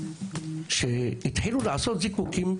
כשהתחילו לעשות זיקוקים,